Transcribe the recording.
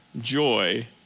joy